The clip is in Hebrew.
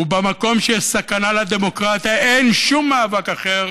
ובמקום שיש סכנה לדמוקרטיה אין שום מאבק אחר